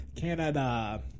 Canada